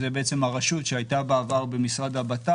הרשות לביטחון קהילתי זאת בעצם הרשות שהייתה בעבר במשרד לביטחון פנים